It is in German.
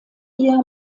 ihr